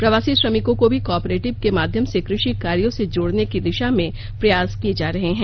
प्रवासी श्रमिकों को भी कोऑपरेटिव के माध्यम से कृषि कार्यों से जोडने की दिशा में प्रयास किए जा रहे हैं